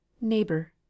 Neighbor